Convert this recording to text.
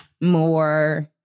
more